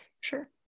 Sure